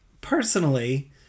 personally